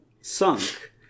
sunk